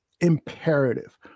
imperative